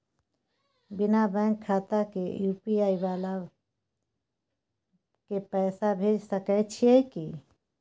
बिना बैंक खाता के यु.पी.आई वाला के पैसा भेज सकै छिए की?